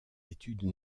études